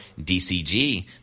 DCG